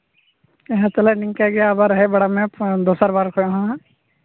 ᱦᱮᱸ ᱛᱟᱦᱞᱮ ᱱᱤᱝᱠᱟᱜᱮ ᱟᱵᱟᱨ ᱦᱮᱡ ᱵᱟᱲᱟᱜ ᱢᱮ ᱫᱚᱥᱟᱨ ᱵᱟᱨ ᱠᱷᱚᱱ ᱦᱚᱸ ᱦᱟᱸᱜ